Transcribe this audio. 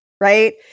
Right